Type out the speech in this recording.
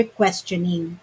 questioning